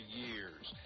years